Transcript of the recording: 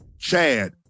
Chad